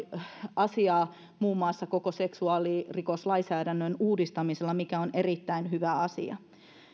asiaa muun muassa koko seksuaalirikoslainsäädännön uudistamisella mikä on erittäin hyvä asia